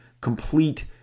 complete